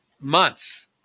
months